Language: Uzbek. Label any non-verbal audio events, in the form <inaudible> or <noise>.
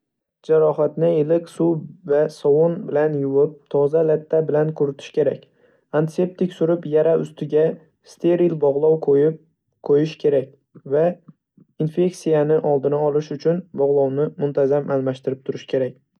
Jarohatni <noise> iliq suv va sovun bilan yuvib, toza latta bilan quritish kerak. Antiseptik surib, yara ustiga steril bog'lov qo'yib qo'yish kerak va infektsiyani oldini olish uchun bog'lovni muntazam almashtirib turish kerak.